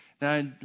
Now